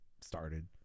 started